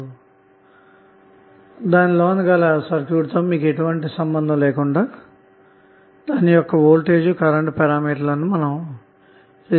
ఆ ఉపకరణం లోన గల సర్క్యూట్ తో ఎటువంటి సంబంధం లేకుండా దాని వోల్టేజ్ మరియు కరెంటు పారామితులనువిశ్లేషిస్తారు